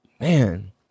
man